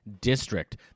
District